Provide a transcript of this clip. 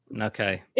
okay